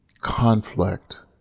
conflict